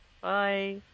bye